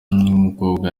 mukobwa